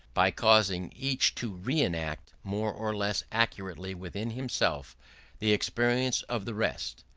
by causing each to re-enact more or less accurately within himself the experience of the rest.